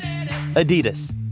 adidas